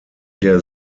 der